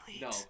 No